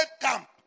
camp